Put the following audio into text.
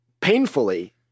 painfully